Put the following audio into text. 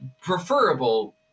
preferable